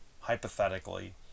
hypothetically